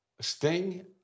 Sting